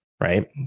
right